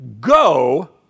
Go